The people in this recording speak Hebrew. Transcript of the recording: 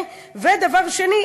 דבר שני,